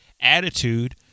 attitude